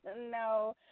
No